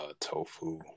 tofu